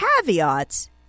caveats